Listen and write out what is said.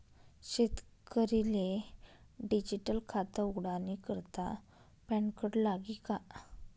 शेतकरीले डिजीटल खातं उघाडानी करता पॅनकार्ड लागी का?